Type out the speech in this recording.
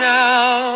now